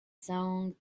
song